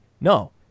No